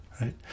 right